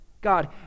God